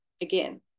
again